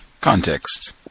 Context